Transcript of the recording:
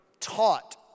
taught